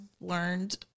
learned